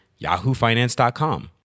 yahoofinance.com